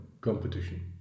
competition